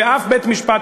ושום בית-משפט,